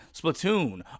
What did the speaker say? Splatoon